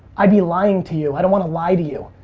i'd be lying to you. i don't wanna lie to you.